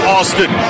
Austin